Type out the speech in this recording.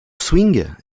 swing